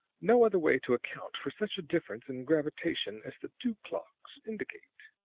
no other way to account for such a difference in gravitation as the two clocks indicate.